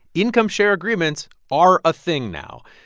income-share agreements are a thing now.